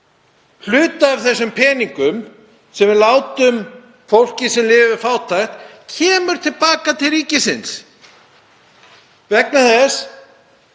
hluta af þessum peningum, sem við látum til fólksins sem lifir við fátækt, kemur til baka til ríkisins vegna þess